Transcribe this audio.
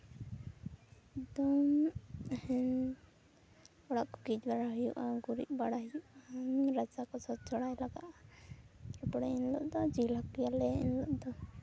ᱚᱲᱟᱜ ᱠᱚ ᱜᱮᱡ ᱵᱟᱲᱟ ᱦᱩᱭᱩᱜᱼᱟ ᱜᱩᱨᱤᱡ ᱵᱟᱲᱟᱭ ᱦᱩᱭᱩᱜᱼᱟ ᱨᱟᱪᱟ ᱠᱚ ᱪᱷᱚᱸᱪ ᱪᱷᱚᱲᱟᱭ ᱞᱟᱜᱟᱜᱼᱟ ᱛᱟᱨᱯᱚᱨᱮ ᱮᱱ ᱦᱤᱞᱳᱜ ᱫᱚ ᱡᱤᱞ ᱦᱟᱹᱠᱩᱭᱟᱞᱮ ᱮᱱ ᱦᱤᱞᱳᱜ ᱫᱚ